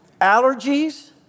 allergies